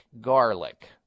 garlic